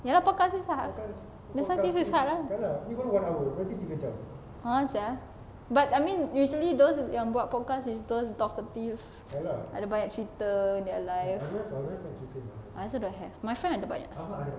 ya podcast is hard that's why this is hard lah I want sia but I mean usually those yang buat podcast is those talkative ada banyak cerita I also don't have my friend ada banyak